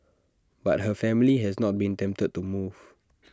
but her family has not been tempted to move